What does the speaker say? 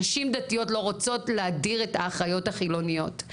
נשים דתיות לא רוצות להדיר את האחיות החילוניות.